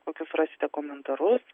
kokius rasite komentarus